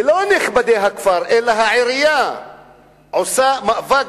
ולא נכבדי הכפר אלא העירייה עושה מאבק